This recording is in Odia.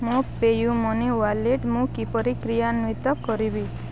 ମୋ ପେୟୁ ମନି ୱାଲେଟ୍ ମୁଁ କିପରି କ୍ରିୟାନ୍ଵିତ କରିବି